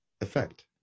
effect